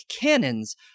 cannons